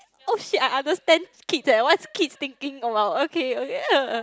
oh shit I understand kids leh what's kids thinking about okay okay